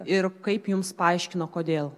ir kaip jums paaiškino kodėl